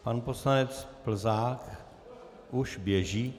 Pan poslanec Plzák už běží.